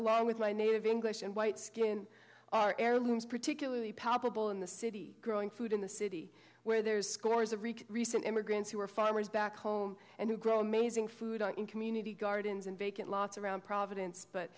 along with my native english and white skin are heirlooms particularly palpable in the city growing food in the city where there's scores of recent immigrants who are farmers back home and who grow amazing food in community gardens and vacant lots around providence but